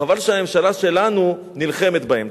חבל שהממשלה שלנו נלחמת בהם.